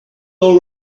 all